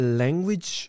language